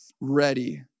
ready